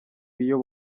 iyo